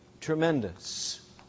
tremendous